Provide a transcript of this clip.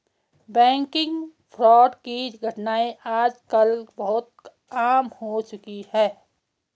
banking fraud की घटनाएं आज कल बहुत आम हो चुकी है